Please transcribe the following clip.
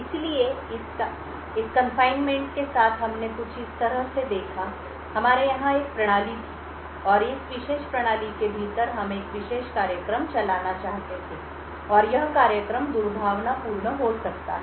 इसलिए इस कारावास के साथ हमने कुछ इस तरह से देखा हमारे यहां एक प्रणाली थी और इस विशेष प्रणाली के भीतर हम एक विशेष कार्यक्रम चलाना चाहते थे और यह कार्यक्रम दुर्भावनापूर्ण हो सकता है